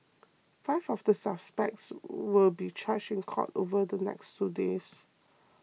five of the suspects will be charged in court over the next two days